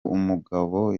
umugabo